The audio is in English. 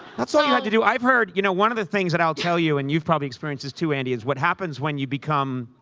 that's all you had to do. i've heard you know one of the things and i'll tell you, and you've probably experienced this, too, andy, is what happens when you become